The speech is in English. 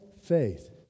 faith